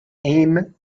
aim